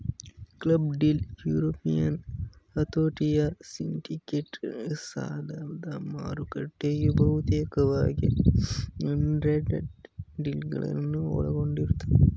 club deal European ಹತೋಟಿಯ syndicated ಸಾಲದಮಾರುಕಟ್ಟೆಯು ಬಹುತೇಕವಾಗಿ ಅಂಡರ್ರೈಟೆಡ್ ಡೀಲ್ಗಳನ್ನ ಒಳಗೊಂಡಿರುತ್ತೆ